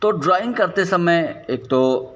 तो ड्रॉइंग करते समय एक तो